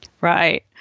right